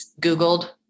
Googled